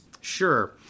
Sure